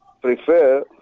prefer